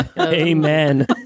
Amen